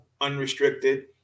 unrestricted